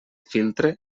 filtre